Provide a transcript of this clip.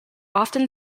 often